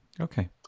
Okay